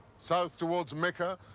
south towards mecca,